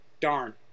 darn